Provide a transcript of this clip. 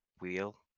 wheel